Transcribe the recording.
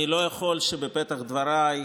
אני לא יכול בפתח דבריי,